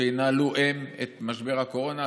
שינהלו הם את משבר הקורונה.